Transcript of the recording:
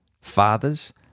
Fathers